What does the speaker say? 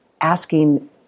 asking